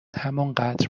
همانقدر